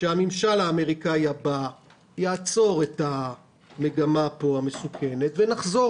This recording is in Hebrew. שהממשל האמריקאי הבא יעצור את המגמה המסוכנת הזאת ונחזור